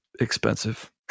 expensive